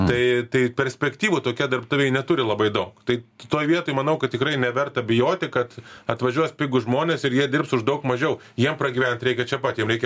tai tai perspektyvų tokie darbdaviai neturi labai daug tai toj vietoj manau kad tikrai neverta bijoti kad atvažiuos pigūs žmonės ir jie dirbs už daug mažiau jiem pragyvent reikia čia pat jiem reikia